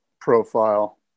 profile